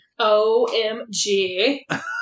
OMG